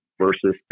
versus